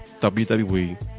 WWE